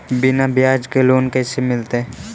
बिना ब्याज के लोन कैसे मिलतै?